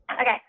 Okay